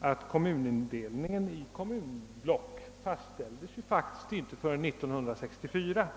att indelningen i kommunblock faktiskt inte fastställdes före 1964.